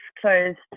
closed